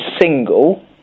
single